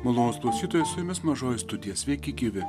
malonūs klausytojai su jumis mažoji studija sveiki gyvi